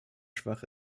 schwach